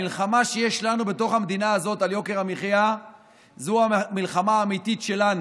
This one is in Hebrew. המלחמה שיש לנו בתוך המדינה הזאת על יוקר המחיה זו המלחמה האמיתית שלנו.